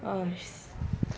oh yes